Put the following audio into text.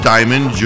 Diamond